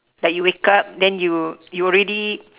like you wake up then you you already